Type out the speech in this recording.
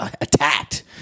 attacked